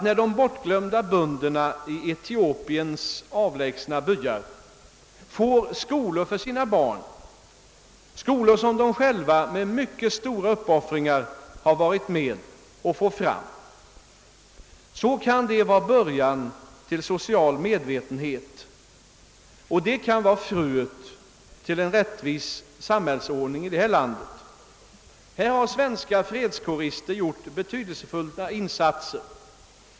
När de bortglömda bönderna i Etiopiens avlägsna byar får skolor för sina barn, skolor som de själva med mycket stora uppoffringar medverkat till att få fram, kan detta för dem vara början till en social medvetenhet, och det kan bli fröet till en rättvis samhällsordning i deras land. På detta område har svenska fredskårister gjort betydelsefulla insatser.